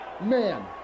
man